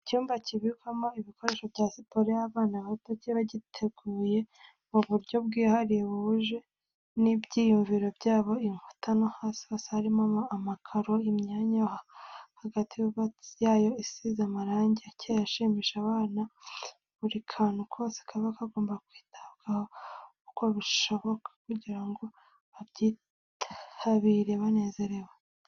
Icyumba kibikwamo ibikoresho bya siporo y'abana bato, kiba giteguye mu buryo bwihariye buhuje n'ibyiyumvo byabo, inkuta no hasi hose harimo amakaro, imyanya yo hagati yayo isize amarangi acyeye ashimisha abana, buri kantu kose kaba kagomba kwitabwaho uko bishoboka kugirango babyitabire banezerewe.